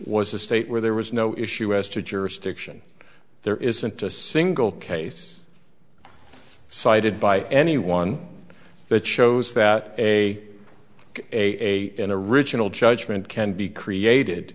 was a state where there was no issue as to jurisdiction there isn't a single case cited by anyone that shows that a a in a regional judgment can be created